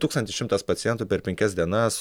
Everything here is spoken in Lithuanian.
tūkstantis šimtas pacientų per penkias dienas